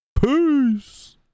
Peace